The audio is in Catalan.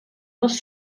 les